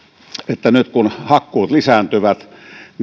että nyt kun hakkuut lisääntyvät